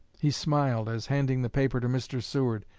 he smiled as, handing the paper to mr. seward,